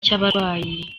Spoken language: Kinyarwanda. cy’abarwayi